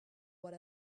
what